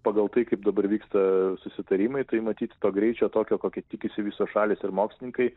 pagal tai kaip dabar vyksta susitarimai tai matyt to greičio tokio kokio tikisi visos šalys ir mokslininkai